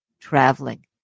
traveling